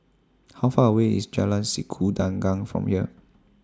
How Far away IS Jalan Sikudangan from here